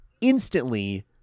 instantly